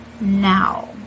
now